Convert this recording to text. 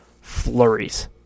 flurries